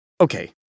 Okay